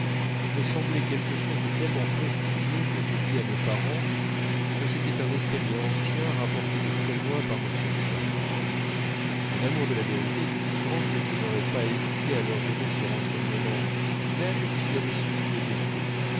me semblait quelque chose de tellement prestigieux que je dis à mes parents que c'était un escalier ancien rapporté de très loin par m swann mon amour de la vérité était si grand que je n'aurais pas hésité à leur donner ce renseignement même si j'avais su qu'il était faux